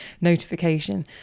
notification